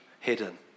hidden